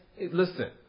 listen